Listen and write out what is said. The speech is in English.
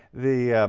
the